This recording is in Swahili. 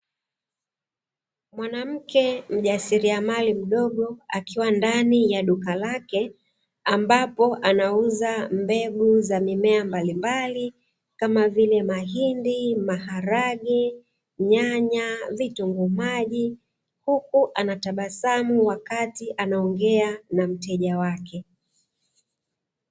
Mwanamke mjasiriamali mdogo akiwa ndani ya duka lake, ambapo anauza mbegu za mimea mbali mbali kama vile mahindi, maharage, nyanya, vitunguu maji, huku anatabasamu wakati anaongea na mteja wake.